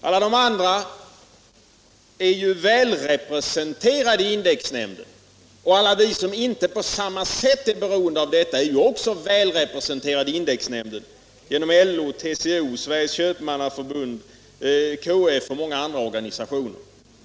Alla de andra är ju väl representerade i indexnämnden; alla vi som inte är beroende av index är också välrepresenterade i den genom LO, TCO, Sveriges köpmannaförbund, KF och många andra organisationer.